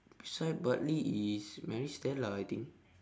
beside bartley is maris stella I think